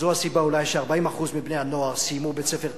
זו הסיבה אולי לכך ש-40% מבני-הנוער סיימו בית-ספר תיכון.